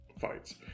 fights